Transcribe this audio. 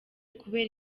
kubera